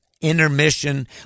intermission